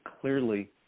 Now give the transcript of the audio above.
clearly